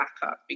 backup